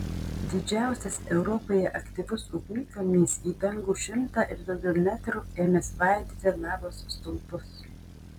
didžiausias europoje aktyvus ugnikalnis į dangų šimtą ir daugiau metrų ėmė svaidyti lavos stulpus